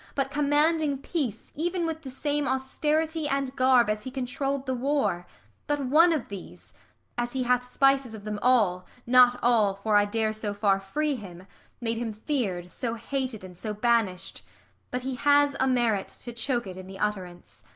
but commanding peace even with the same austerity and garb as he controll'd the war but one of these as he hath spices of them all, not all, for i dare so far free him made him fear'd, so hated, and so banish'd but he has a merit to choke it in the utterance.